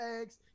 eggs